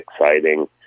exciting